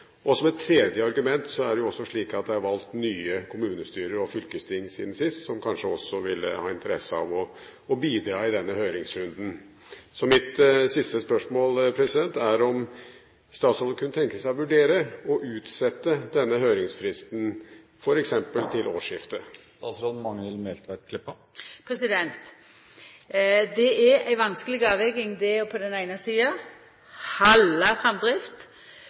Som et tredje argument er det også slik at det siden sist er valgt nye kommunestyrer og fylkesting, som kanskje også vil ha interesse av å bidra i denne høringsrunden. Mitt siste spørsmål er om statsråden kunne tenke seg å vurdere å utsette denne høringsfristen, f.eks. til årsskiftet. Det er ei vanskeleg avveging på den eine sida